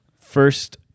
first